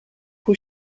who